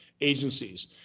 agencies